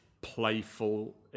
playful